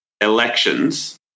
elections